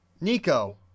Nico